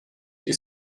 jekk